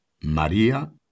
María